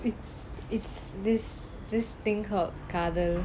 it's it's this this thing called cuddle